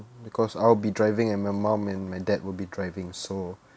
because I'll be driving and my mom and my dad will be driving so